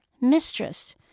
mistress